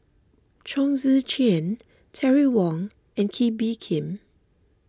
Chong Tze Chien Terry Wong and Kee Bee Khim